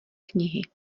knihy